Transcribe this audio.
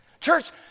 Church